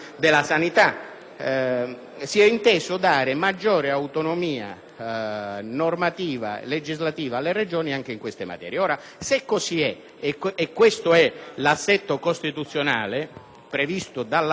normativa e legislativa alle Regioni anche in queste materie. Se così è, e tale è l'assetto costituzionale previsto dall'articolo 117, è chiaro che tutte le funzioni collegate